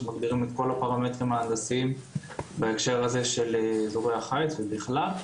שמגדירים את כל הפרמטרים ההנדסיים בהקשר הזה של אזורי החיץ ובכלל,